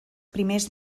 primers